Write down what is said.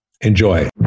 Enjoy